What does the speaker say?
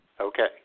Okay